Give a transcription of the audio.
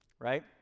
right